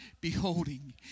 beholding